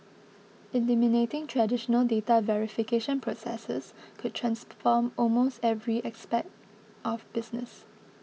eliminating traditional data verification processes could transform almost every aspect of business